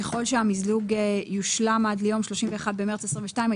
שככל שהמיזוג יושלם עד ליום 31 במרס 2022,